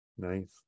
nice